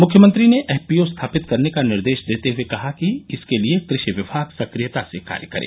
मुख्यमंत्री ने एफपीओ स्थापित करने का निर्देश देते हुये कहा कि इसके लिये कृषि विभाग सक्रियता से कार्य करे